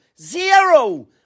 zero